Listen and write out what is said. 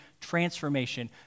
transformation